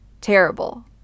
terrible